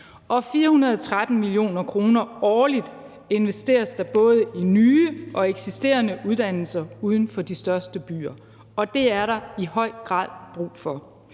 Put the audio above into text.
413 mio. kr. årligt i både nye og eksisterende uddannelser uden for de største byer. Og det er der i høj grad brug for.